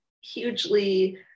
hugely